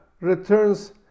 returns